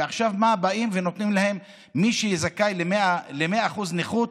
ועכשיו מה, באים ונותנים למי שזכאי ל-100% נכות